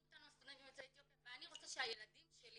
אותנו הסטודנטים יוצאי אתיופיה ואני רוצה שהילדים שלי